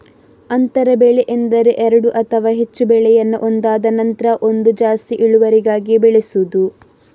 ಅಂತರ ಬೆಳೆ ಎಂದರೆ ಎರಡು ಅಥವಾ ಹೆಚ್ಚು ಬೆಳೆಯನ್ನ ಒಂದಾದ ನಂತ್ರ ಒಂದು ಜಾಸ್ತಿ ಇಳುವರಿಗಾಗಿ ಬೆಳೆಸುದು